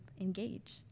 engage